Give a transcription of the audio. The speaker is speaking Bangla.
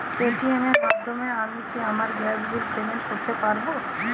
পেটিএম এর মাধ্যমে আমি কি আমার গ্যাসের বিল পেমেন্ট করতে পারব?